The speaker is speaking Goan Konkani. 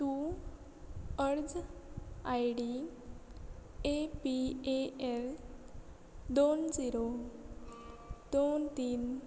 तूं अर्ज I D A P A L दोन झिरो दोन तीन